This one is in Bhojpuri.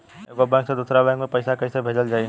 एगो बैक से दूसरा बैक मे पैसा कइसे भेजल जाई?